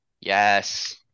Yes